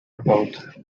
about